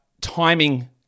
timing